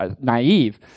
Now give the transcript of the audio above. naive